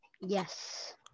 Yes